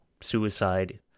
suicide